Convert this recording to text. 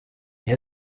iyo